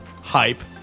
Hype